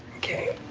okay.